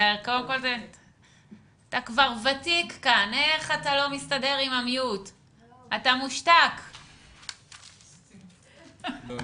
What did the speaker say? אני קודם כל רציתי להגיד שמצד אחד אני רוצה שעולם התרבות יחזור.